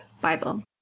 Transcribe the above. Bible